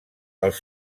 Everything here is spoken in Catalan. els